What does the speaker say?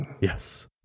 Yes